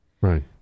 Right